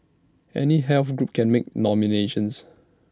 any health group can make nominations